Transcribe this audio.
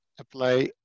apply